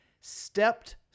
Stepped